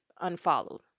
unfollowed